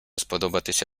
сподобатися